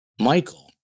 Michael